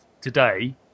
today